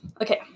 Okay